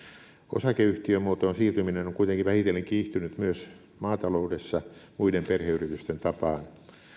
osakeyhtiömuotoon siirtyminen on kuitenkin vähitellen kiihtynyt myös maataloudessa muiden perheyritysten tapaan